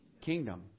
kingdom